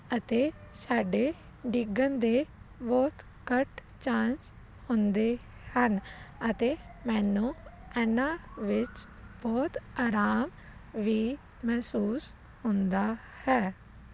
ਅਤੇ ਸਾਡੇ ਡਿੱਗਣ ਦੇ ਬਹੁਤ ਘੱਟ ਚਾਂਸ ਹੁੰਦੇ ਹਨ ਅਤੇ ਮੈਨੂੰ ਇਹਨਾਂ ਵਿੱਚ ਬਹੁਤ ਆਰਾਮ ਵੀ ਮਹਿਸੂਸ ਹੁੰਦਾ ਹੈ